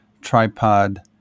tripod